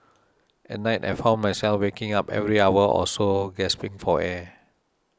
at night I found myself waking up every hour or so gasping for air